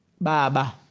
baba